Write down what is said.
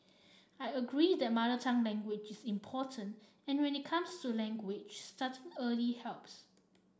I agree that mother tongue language is important and when it comes to language starting early helps